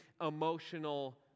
emotional